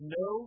no